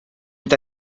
mit